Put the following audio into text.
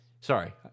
sorry